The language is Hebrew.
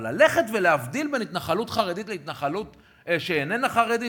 אבל ללכת ולהבדיל בין התנחלות חרדית להתנחלות שאיננה חרדית?